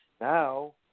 now